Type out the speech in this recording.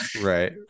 Right